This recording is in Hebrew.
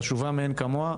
חשובה מאין כמוה.